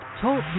Talk